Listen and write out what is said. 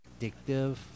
addictive